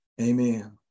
Amen